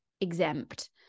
exempt